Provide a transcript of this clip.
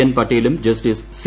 N പട്ടേലും justice C